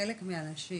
שחלק מהאנשים